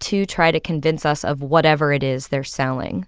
to try to convince us of whatever it is they're selling